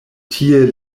tie